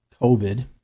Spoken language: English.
COVID